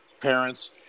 parents